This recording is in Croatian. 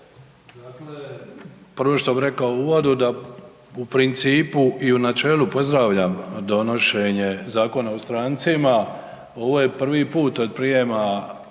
prvo što bi rekao u uvodu da u principu i u načelu pozdravljam donošenje Zakona o strancima, ovo je prvi put od prijema